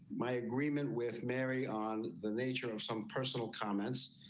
my agreement with mary on the nature of some personal comments.